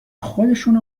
خودشونه